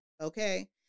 Okay